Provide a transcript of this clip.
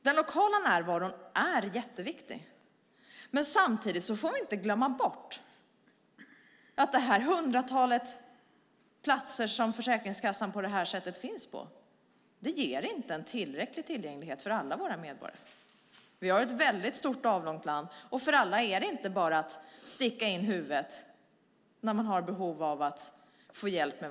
Den lokala närvaron är viktig, men samtidigt måste vi komma ihåg att det hundratal platser som Försäkringskassan finns på inte ger en tillräcklig tillgänglighet för alla medborgare. Vi har ett stort och avlångt land, och för alla är det inte bara att sticka in huvudet när man har behov av hjälp.